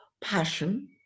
passion